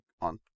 on